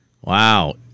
Wow